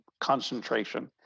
concentration